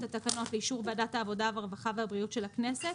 לאישור ועדת העבודה, הרווחה והבריאות של הכנסת